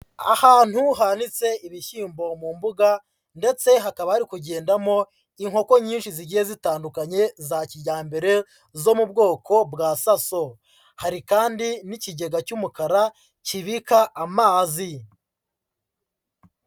Ahantu hanitse ibishyimbo mu mbuga ndetse hakaba hari kugendamo inkoko nyinshi zigiye zitandukanye za kijyambere zo mu bwoko bwa saso. Hari kandi n'ikigega cy'umukara kibika amazi.